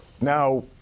now